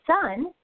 son